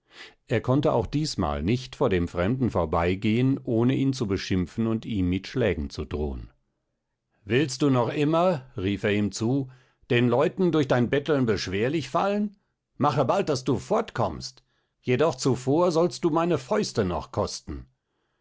er konnte auch diesmal nicht vor dem fremden vorbeigehen ohne ihn zu beschimpfen und ihm mit schlägen zu drohen willst du noch immer rief er ihm zu den leuten durch dein betteln beschwerlich fallen mache bald daß du fortkommst jedoch zuvor sollst du meine fäuste noch kosten